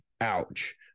Ouch